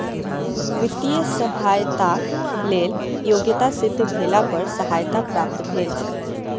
वित्तीय सहयताक लेल योग्यता सिद्ध भेला पर सहायता प्राप्त भेल